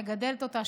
משפחה שמגדלת אותה,